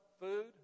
Food